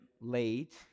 late